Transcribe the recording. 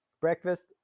Breakfast